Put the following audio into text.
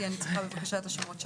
כי אני צריכה בבקשה את השמות שלכם.